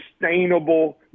sustainable